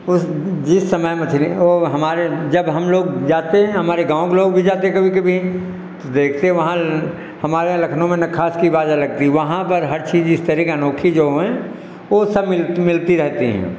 उस जिस समय मछलियाँ वह हमारे जब हम लोग जाते हैं हमारे गाँव के लोग भी जाते कभी कभी तो देखते वहाँ हमारे यहाँ लखनऊ में नक्खास की बात अलग थी वहाँ पर हर चीज़ इस तरह की अनोखी जो होए वह सब मिल तो मिलती रहती हैं